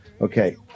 Okay